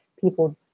people